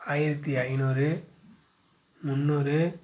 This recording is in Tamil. ஆயிரத்தி ஐநூறு முந்நூறு